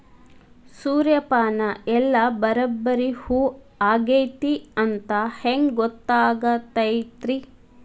ಸೂರ್ಯಪಾನ ಎಲ್ಲ ಬರಬ್ಬರಿ ಹೂ ಆಗೈತಿ ಅಂತ ಹೆಂಗ್ ಗೊತ್ತಾಗತೈತ್ರಿ?